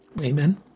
Amen